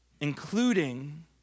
including